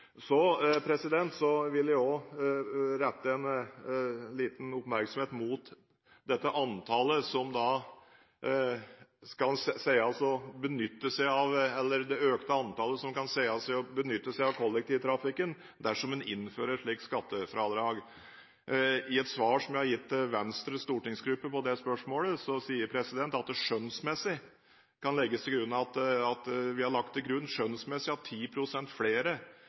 Jeg vil også rette oppmerksomheten mot det økte antall som sies å ville benytte seg av kollektivtrafikken dersom en innfører en slikt skattefradrag. I et svar som jeg har gitt til Venstres stortingsgruppe på det spørsmålet, sier jeg at vi skjønnsmessig har lagt til grunn at 10 pst. flere kan komme til å bruke kollektivtrafikk som følge av